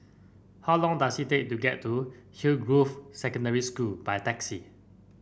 how long does it take to get to Hillgrove Secondary School by taxi